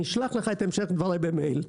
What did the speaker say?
אני אשלח לך את המשך דבריי במייל.